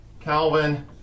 Calvin